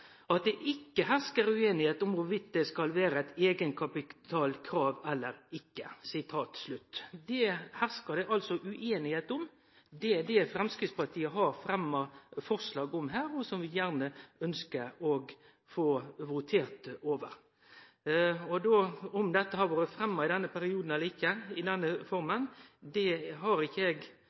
at det ikke hersker uenighet om hvorvidt det skal være et egenkapitalkrav eller ikke.» Det er det altså usemje om. Det er det Framstegspartiet har fremma forslag om her, og som vi gjerne ønskjer å få votert over. Om dette har vore fremma i denne perioden eller ikkje, i denne formen, det kan eg ikkje seie på ståande fot. Men eg registrerer at regjeringsfleirtalet ikkje har